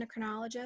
endocrinologist